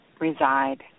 reside